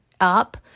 up